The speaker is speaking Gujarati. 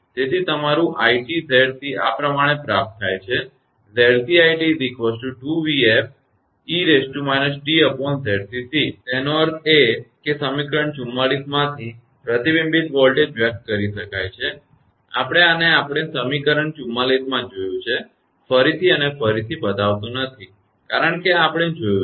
તેથી તમારું 𝑖𝑡𝑍𝑐 આ પ્રમાણે પ્રાપ્ત થાય છે તેનો અર્થ એ કે સમીકરણ 44 માંથી પ્રતિબિંબિત વોલ્ટેજ વ્યક્ત કરી શકાય છે આપણે આને આપણે સમીકરણ 44 માં જોયું છે ફરીથી અને ફરીથી બતાવતો નથી કારણ કે આ આપણે જોયું છે